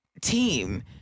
team